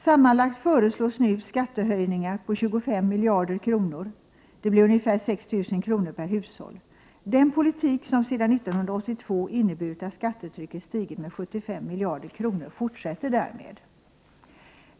Sammanlagt föreslås nu skattehöjningar på 25 miljarder kronor. Det blir ungefär 6 000 kr. per hushåll. Den politik som sedan 1982 inneburit att skattetrycket stigit med 75 miljarder kronor fortsätter därmed.